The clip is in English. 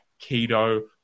keto